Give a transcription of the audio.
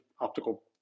optical